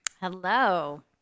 Hello